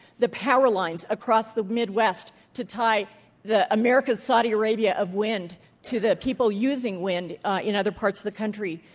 the power lines across the midwest to tie the america's saudi arabia of wind to the people using wind in other parts of the country,